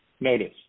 Notice